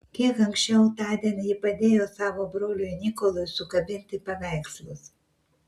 kiek anksčiau tądien ji padėjo savo broliui nikolui sukabinti paveikslus